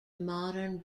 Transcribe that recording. modern